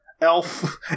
Elf